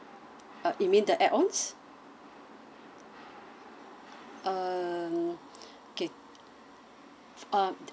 uh you mean the add ons um okay uh